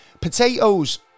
Potatoes